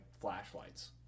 flashlights